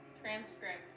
transcript